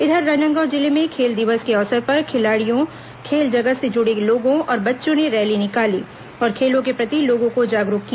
इधर राजनांदगांव जिले में खेल दिवस के अवसर पर खिलाड़ियों खेल जगत से जुड़े लोगों और बच्चों ने रैली निकाली और खेलो के प्रति लोगों को जागरूक किया